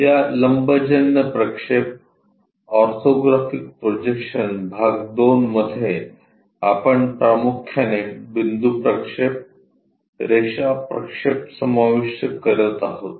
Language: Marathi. या लंबजन्य प्रक्षेप ऑर्थोग्राफिक प्रोजेक्शन भाग २ मध्ये आपण प्रामुख्याने बिंदू प्रक्षेप रेषा प्रक्षेप समाविष्ट करत आहोत